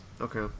Okay